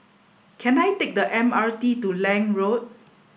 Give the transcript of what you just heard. can I take the M R T to Lange Road